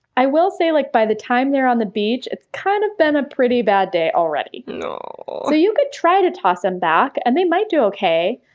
i will say, like by the time they're on the beach, it's kind of been a pretty bad day already. you know so you could try to toss them back and they might do okay,